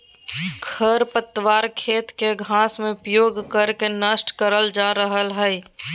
खरपतवार खेत के घास में उपयोग कर के नष्ट करल जा रहल हई